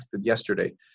yesterday